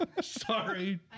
Sorry